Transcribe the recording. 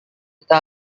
kita